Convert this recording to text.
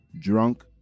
Drunk